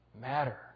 matter